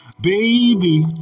Baby